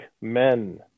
men